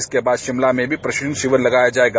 इसके बाद शिमला में भी प्रशिक्षण शिविर लगाया जाएगा